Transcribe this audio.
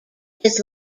his